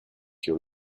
your